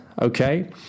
okay